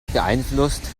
beeinflusst